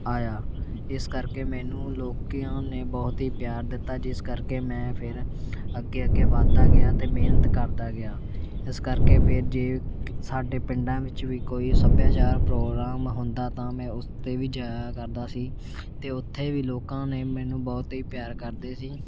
ਆਇਆ ਇਸ ਕਰਕੇ ਮੈਨੂੰ ਲੋਕੀਆਂ ਨੇ ਬਹੁਤ ਹੀ ਪਿਆਰ ਦਿੱਤਾ ਜਿਸ ਕਰਕੇ ਮੈਂ ਫਿਰ ਅੱਗੇ ਅੱਗੇ ਵੱਧਦਾ ਗਿਆ ਅਤੇ ਮਿਹਨਤ ਕਰਦਾ ਗਿਆ ਇਸ ਕਰਕੇ ਫਿਰ ਜੇ ਸਾਡੇ ਪਿੰਡਾਂ ਵਿੱਚ ਵੀ ਕੋਈ ਸੱਭਿਆਚਾਰ ਪ੍ਰੋਗਰਾਮ ਹੁੰਦਾ ਤਾਂ ਮੈਂ ਉਸ 'ਤੇ ਵੀ ਜਾਇਆ ਕਰਦਾ ਸੀ ਅਤੇ ਉੱਥੇ ਵੀ ਲੋਕਾਂ ਨੇ ਮੈਨੂੰ ਬਹੁਤ ਹੀ ਪਿਆਰ ਕਰਦੇ ਸੀ